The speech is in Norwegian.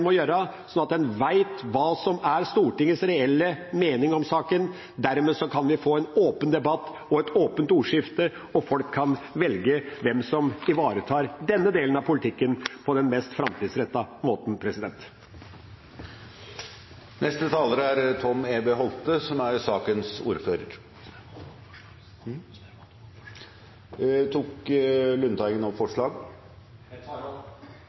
må ha, slik at en vet hva som er Stortingets reelle mening om saken. Dermed kan vi få en åpen debatt og et åpent ordskifte, og folk kan velge hvem som ivaretar denne delen av politikken på den mest framtidsrettede måten. Tok representanten Lundteigen opp forslaget? Jeg tar opp forslaget fra Senterpartiet, Sosialistisk Venstreparti og Miljøpartiet De Grønne. Da har representanten Per Olaf Lundteigen